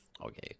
Okay